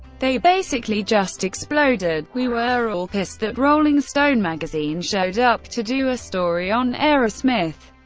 they basically just exploded. we were all pissed that rolling stone magazine showed up to do a story on aerosmith,